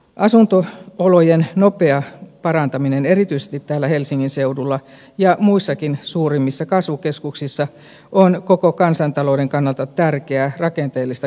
asunto olojen nopea parantaminen erityisesti täällä helsingin seudulla ja muissakin suurimmissa kasvukeskuksissa on koko kansantalouden kannalta tärkeää rakenteellista kehittämistä